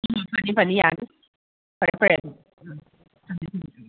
ꯎꯝ ꯐꯅꯤ ꯐꯅꯤ ꯌꯥꯅꯤ ꯐꯔꯦ ꯐꯔꯦ ꯑꯗꯨꯗꯤ